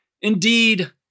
Indeed